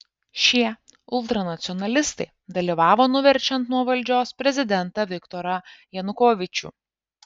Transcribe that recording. šie ultranacionalistai dalyvavo nuverčiant nuo valdžios prezidentą viktorą janukovyčių